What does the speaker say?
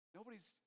Nobody's